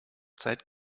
zeit